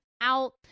out